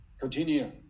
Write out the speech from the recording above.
continue